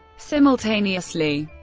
simultaneously,